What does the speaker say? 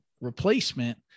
replacement